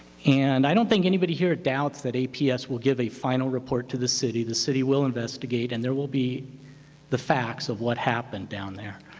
and i don't think anybody here doubts that aps will give a final report to the city, the city will investigate, and there will be the facts of what happened down there.